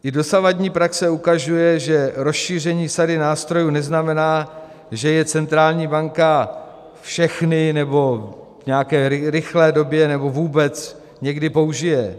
I dosavadní praxe ukazuje, že rozšíření sady nástrojů neznamená, že je centrální banka všechny nebo v nějaké rychlé době nebo vůbec někdy použije.